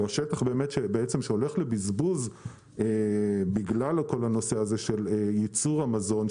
או השטח שהולך לבזבוז בגלל כל הנושא הזה של ייצור המזון,